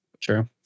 True